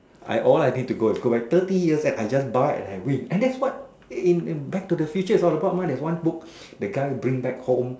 I all I need to go is go back thirty years and I just buy and I win and that's what in in back to the future is all about mah there's one book the guy bring back home